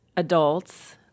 adults